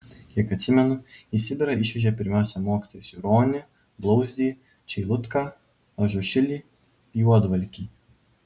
kiek atsimenu į sibirą išvežė pirmiausia mokytojus juronį blauzdį čeilutką ažušilį juodvalkį